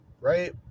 Right